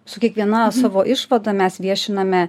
su kiekviena savo išvada mes viešiname